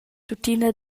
tuttina